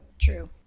True